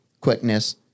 quickness